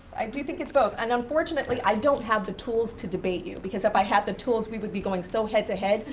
i do think it's both, and unfortunately i don't have the tools to debate you, because if i had the tools we would be going so head to head,